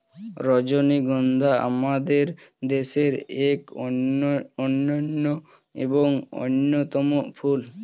রজনীগন্ধা আমাদের দেশের এক অনন্য এবং অন্যতম ফুল